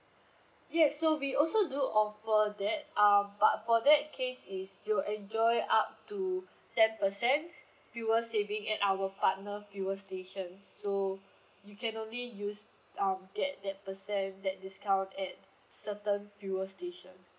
yes so we also do offer that um but for that case if you enjoy up to ten percent fuel saving at our partner fuel station so you can only use um that that percent that discount at certain fuel station